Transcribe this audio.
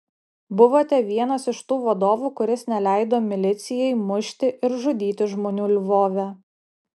buvote vienas iš tų vadovų kuris neleido milicijai mušti ir žudyti žmonių lvove